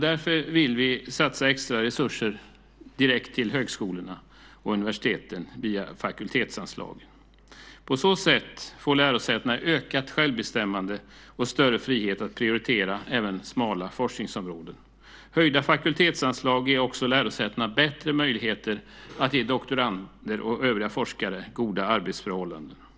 Därför vill vi satsa extra resurser direkt till högskolorna och universiteten via fakultetsanslagen. På så sätt får lärosätena ökat självbestämmande och större frihet att prioritera även smala forskningsområden. Höjda fakultetsanslag ger också lärosätena bättre möjligheter att ge doktorander och övriga forskare goda arbetsförhållanden.